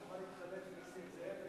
אני מוכן להתחלף עם נסים זאב,